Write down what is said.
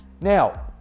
Now